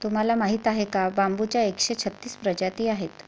तुम्हाला माहीत आहे का बांबूच्या एकशे छत्तीस प्रजाती आहेत